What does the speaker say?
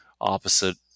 opposite